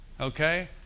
Okay